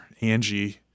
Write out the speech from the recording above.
Angie